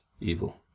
evil